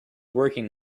working